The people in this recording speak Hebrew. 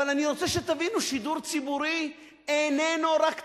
אני רוצה שתבינו, שידור ציבורי איננו רק טלוויזיה,